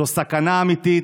זו סכנה אמיתית,